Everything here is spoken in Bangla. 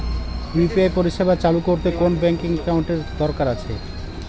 ইউ.পি.আই পরিষেবা চালু করতে কোন ব্যকিং একাউন্ট এর কি দরকার আছে?